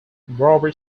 robert